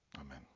Amen